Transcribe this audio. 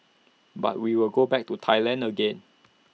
but we will go back to Thailand again